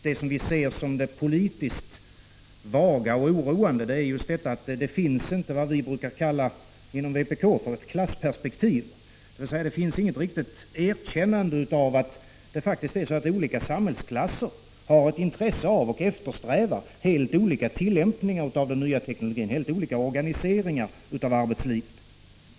Det som vi ser som det politiskt vaga och oroande är just detta att det inte finns vad vi inom vpk brukar kalla ett klassperspektiv, dvs. det finns inget riktigt erkännande av att olika samhällsklasser faktiskt har intresse av och eftersträvar helt olika tillämpningar av den nya teknologin, helt olika organiseringar av arbetslivet.